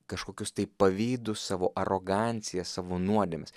kažkokius tai pavydus savo arogancija savo nuodėmes